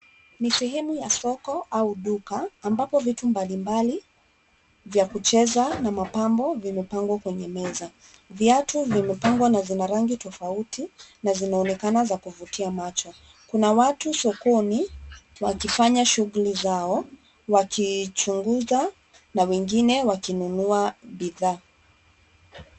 Ni sehemu ya soko au duka ambapo vitu mbalimbali vya kucheza na mapambo vimepangwa kwenye meza. Viatu vimepangwa na zina rangi tofauti na zinaonekana za kuvutia macho. Kuna watu sokoni wakifanya shughuli zao, wakichunguza na wengine wakinunua bidhaa.